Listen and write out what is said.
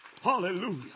Hallelujah